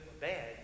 bad